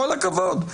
כל הכבוד,